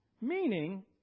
Meaning